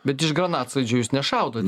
bet iš granatsvaidžių jūs nešaudot